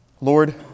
Lord